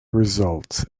results